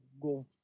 go